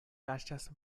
kaŝas